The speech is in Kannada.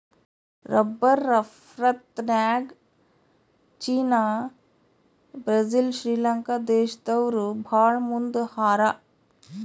ರಬ್ಬರ್ ರಫ್ತುನ್ಯಾಗ್ ಚೀನಾ ಬ್ರೆಜಿಲ್ ಶ್ರೀಲಂಕಾ ದೇಶ್ದವ್ರು ಭಾಳ್ ಮುಂದ್ ಹಾರ